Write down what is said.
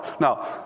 Now